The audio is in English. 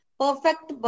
Perfect